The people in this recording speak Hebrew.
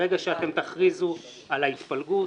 ברגע שאתם תכריזו על ההתפלגות,